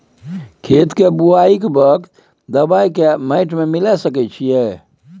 खेत के बुआई के वक्त दबाय के माटी में मिलाय सके छिये?